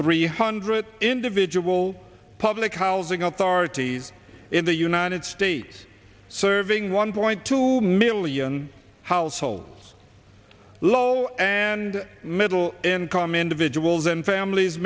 three hundred individual public housing authority in the united states serving one point two million households low and middle income individuals and families